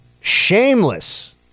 shameless